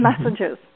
messages